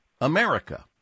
America